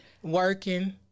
working